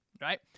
right